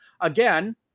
Again